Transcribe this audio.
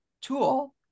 tool